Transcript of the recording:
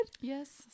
Yes